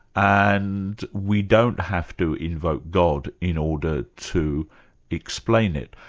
and we don't have to invoke god in order to explain it.